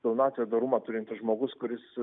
pilnatvę dorumą turintis žmogus kuris